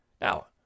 Now